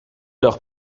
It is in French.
leur